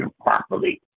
properly